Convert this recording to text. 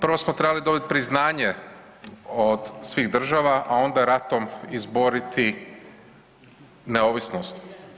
Prvo smo trebali dobiti priznanje od svih država, a onda ratom izboriti neovisnost.